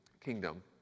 kingdom